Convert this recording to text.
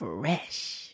Fresh